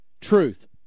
Truth